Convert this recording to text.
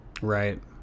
right